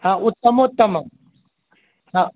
हा उत्तमोत्तमं हा